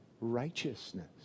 righteousness